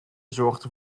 zorgde